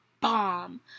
bomb